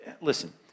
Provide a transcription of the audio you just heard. Listen